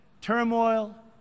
turmoil